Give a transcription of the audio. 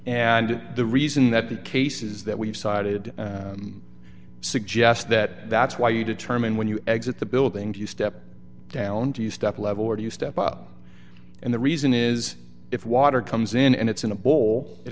and the reason that the cases that we've cited suggest that that's why you determine when you exit the building do you step down do you step level or do you step up and the reason is if water comes in and it's in a bowl it